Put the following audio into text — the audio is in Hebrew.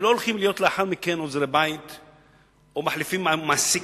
הם לא הולכים לאחר מכן להיות עוזרי-בית או מחליפים מעסיק,